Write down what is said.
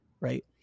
right